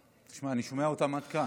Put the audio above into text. תשמע, אני שומע אותם עד כאן.